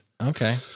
Okay